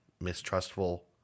mistrustful